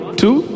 two